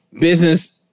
Business